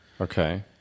okay